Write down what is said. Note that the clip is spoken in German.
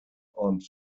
und